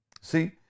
See